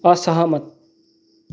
असहमत